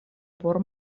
por